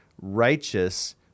righteous